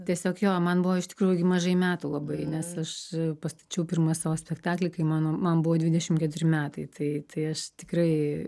tiesiog jo man buvo iš tikrųjų gi mažai metų labai nes aš pastačiau pirmą savo spektaklį kai mano man buvo dvidešim keturi metai tai tai aš tikrai